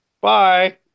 bye